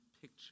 picture